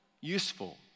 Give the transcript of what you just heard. useful